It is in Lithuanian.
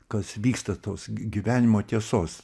kas vyksta tos gyvenimo tiesos